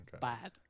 bad